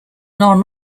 non